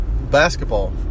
basketball